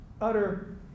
utter